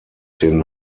den